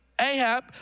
Ahab